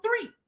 three